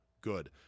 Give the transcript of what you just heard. good